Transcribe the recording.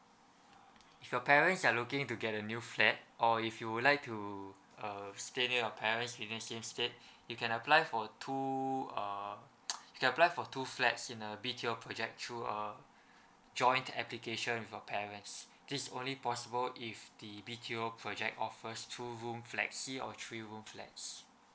your parents are looking to get a new flat or if you would like to uh stay near your parents then instead you can apply for two uh apply for two flats in a B_T_O project through uh joint application with your parents this is only possible if the B_T_O project offers two room flexi or three room flats